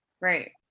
right